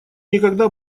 никогда